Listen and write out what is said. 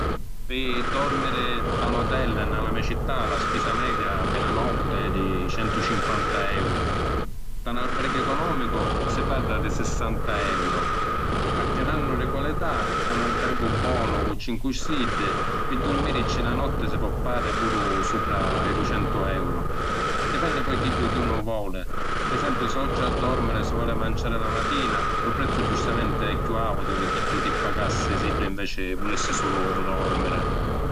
Pi dormiri nta un hotel nna la me’ cità, la spisa media pi na notti è di centucinquanta euru. Nta un albergu economicu si parra di sissanta euru. Acchiannu di qualità, nta un albergu bonu cu cincu stiddi, pi durmirici na notti si po’ pagari puru supra i duicentu euru. Dipenni poi chiddu chi unu voli, pi esempiu si oltri a dormiri si voli manciàri la matina, lu prezzu giustamenti è chiù autu di chiddu chi pagassi siddu inveci vulissi sulu dormiri.